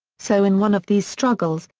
so in one of these struggles,